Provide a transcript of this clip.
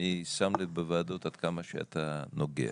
אני שם לב בוועדות עד כמה שאתה נוגע.